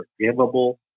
forgivable